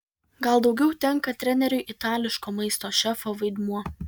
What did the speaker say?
gal daugiau tenka treneriui itališko maisto šefo vaidmuo